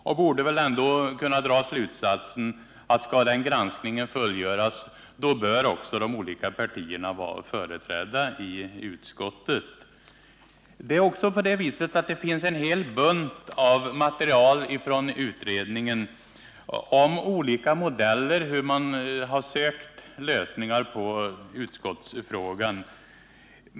Då borde han väl ändå kunna dra slutsatsen att skall den granskningen fullgöras bör också de olika partierna vara företrädda i utskottet. Det finns en hel bunt med material från utredningen om olika modeller till lösningar på utskottsfrågan.